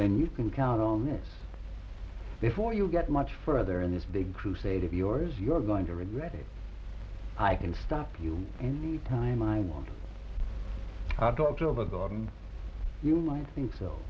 then you can count on it before you get much further in this big crusade of yours you're going to regret it i can stop you anytime i want to talk to a god and you might think so